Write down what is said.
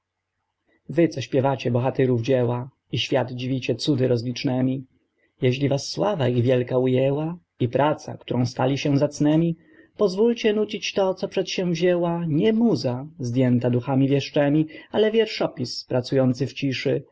co śpiewacie bohatyrów dzieła i świat dziwicie cudy rozlicznemi jeźli was sława ich wielka ujęła i praca którą stali się zacnemi pozwólcie nucić to co przedsięwzięła nie muza zdjęta duchami wieszczemi ale wierszopis pracujący w ciszy